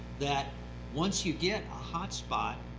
that once you get a hotspot,